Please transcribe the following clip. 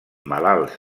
malalts